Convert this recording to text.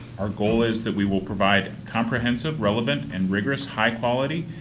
our goal is that we will provide comprehensive, relevant, and rigorous high-quality,